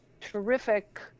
terrific